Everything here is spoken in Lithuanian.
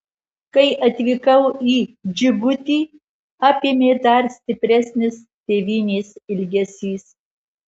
kai atvykau į džibutį apėmė dar stipresnis tėvynės ilgesys